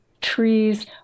trees